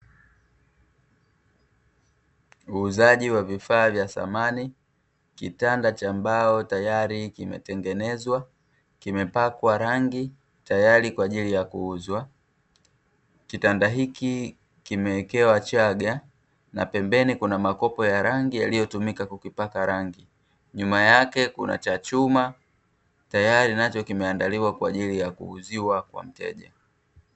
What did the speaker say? Uuzaji wa vifaa vya samani, kitanda cha mbao tayari kimetengenezwa kimepakwa rangi tayari kwa ajili ya kuuzwa. kitanda hiki kimewekewa chaga na pembeni kuna makopo ya rangi yaliyotumika kukipaka rangi, nyuma yake kuna cha chuma tayari nacho kimeandaliwa kwa ajili ya kuuziwa kwa mteja.